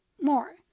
more